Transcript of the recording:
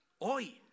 Hoy